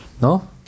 No